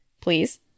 please